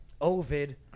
Ovid